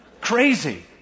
Crazy